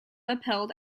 upheld